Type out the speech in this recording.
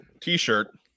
t-shirt